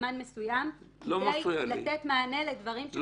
זמן מסוים כדי לתת מענה לדברים שמתקיימים.